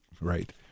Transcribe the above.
Right